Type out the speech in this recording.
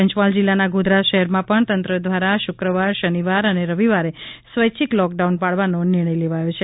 પંચમહાલ જિલ્લાના ગોધરા શહેરમાં પણ તંત્ર દ્વારા શુક્રવાર શનિવાર અને રવિવારે સ્વૈચ્છિક લોકડાઉન પાડવાનો નિર્ણય લેવાયો છે